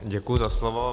Děkuji za slovo.